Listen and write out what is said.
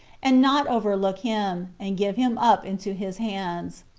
and not overlook him, and give him up into his hands.